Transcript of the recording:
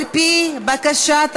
על-פי בקשת הממשלה,